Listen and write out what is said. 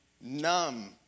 numb